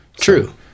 True